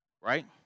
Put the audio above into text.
Right